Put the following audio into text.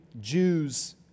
Jews